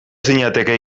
zinateke